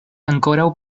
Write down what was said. ankoraŭ